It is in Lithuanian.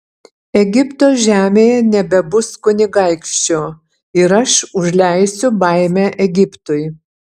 egipto žemėje nebebus kunigaikščio ir aš užleisiu baimę egiptui